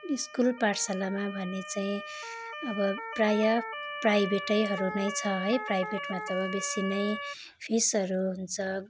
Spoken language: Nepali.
स्कुल पाठशालामा भने चाहिँ अब प्राय प्राइभेटैहरू नै छ है प्राइभेटमा त बेसी नै फिसहरू हुन्छ